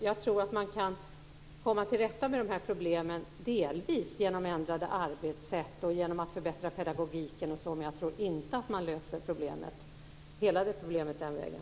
Jag tror att man kan komma till rätta med dessa problem delvis genom ändrade arbetssätt och genom att förbättra pedagogiken, men jag tror inte att man löser hela problemet den vägen.